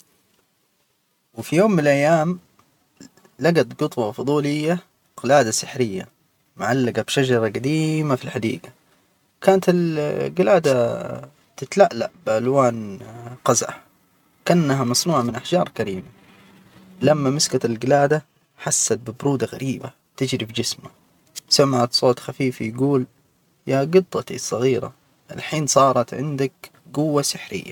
وفي يوم من الأيام لجت جطوة فضولية قلادة سحرية معلجة بشجرة جديمة في الحديجة. كانت الجلادة تتلألأ بألوان قزح كأنها مصنوعة من أحجار كريمة، لم مسكت الجلادة، حست ببرودة غريبة تجري فى جسمها، سمعت صوت خفيف يجول يا جطتي الصغيرة الحين صارت عندك جوة سحرية.